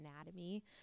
anatomy